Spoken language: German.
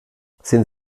sind